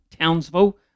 Townsville